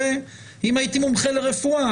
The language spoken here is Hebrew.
אם הייתי מומחה לרפואה,